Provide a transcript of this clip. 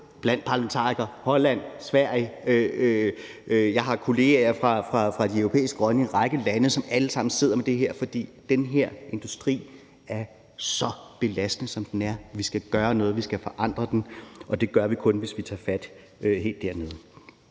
blandt parlamentarikere i Frankrig, i Holland og i Sverige. Jeg har kollegaer fra de europæiske grønne i en række lande, som alle sammen sidder med det her, fordi den her industri er så belastende, som den er. Vi skal gøre noget, vi skal forandre den, og det gør vi kun, hvis vi tager fat helt dernede.